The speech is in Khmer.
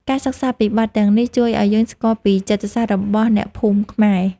ការសិក្សាពីបទទាំងនេះ ជួយឱ្យយើងស្គាល់ពីចិត្តសាស្ត្ររបស់អ្នកភូមិខ្មែរ។